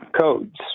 codes